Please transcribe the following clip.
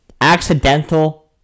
accidental